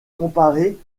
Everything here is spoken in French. comparée